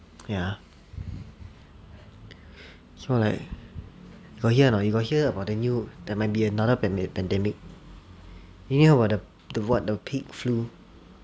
ya so like got hear or not you got hear about the new there might be another pandemic did you hear about the what the pig flu